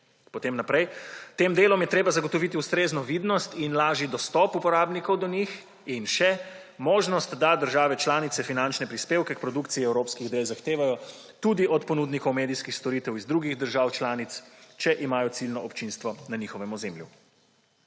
potem naprej, tem delom je treba zagotoviti ustrezno vidnost in lažji dostop uporabnikov do njih in še možnost, da države članice finančne prispevke k produkciji evropskih del zahtevajo tudi od ponudnikov medijskih storitev iz drugih držav članic, če imajo ciljno občinstvo na njihovem ozemlju.